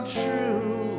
true